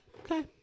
okay